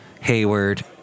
Hayward